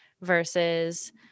versus